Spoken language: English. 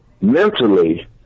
mentally